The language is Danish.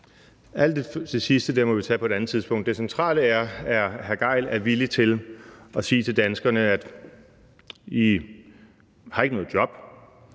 Alt det sidste der må vi tage på et andet tidspunkt. Det centrale er, at hr. Torsten Gejl er villig til at sige til danskerne: I har ikke noget job.